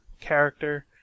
character